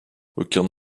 aucun